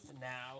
now